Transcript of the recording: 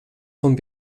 vom